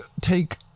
take